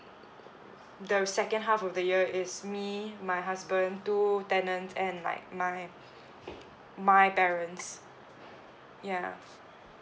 the second half of the year is me my husband two tenants and like my my parents yeah